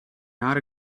not